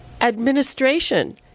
administration